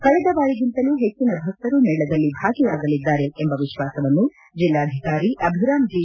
ಕಳೆದ ಭಾರಿಗಿಂತಲೂ ಹೆಚ್ಚನ ಭಕ್ತರು ಮೇಳದಲ್ಲಿ ಭಾಗಿಯಾಗಲಿದ್ದಾರೆ ಎಂಬ ವಿಶ್ವಾಸವನ್ನು ಜಿಲ್ಲಾಧಿಕಾರಿ ಅಭಿರಾಂ ಜಿ